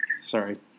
sorry